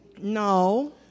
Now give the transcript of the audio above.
No